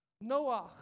Noah